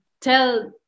tell